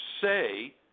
say